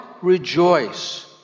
rejoice